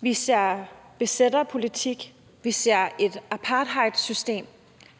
Vi ser besætterpolitik, vi ser et apartheidsystem,